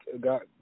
got